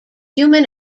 human